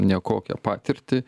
nekokią patirtį